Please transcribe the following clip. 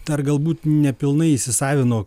dar galbūt nepilnai įsisavino